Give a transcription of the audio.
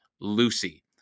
Lucy